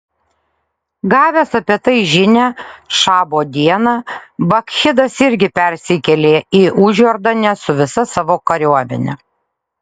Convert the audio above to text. gavęs apie tai žinią šabo dieną bakchidas irgi persikėlė į užjordanę su visa savo kariuomene